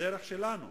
בדרך שלנו.